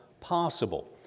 possible